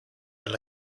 alla